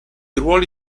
ruoli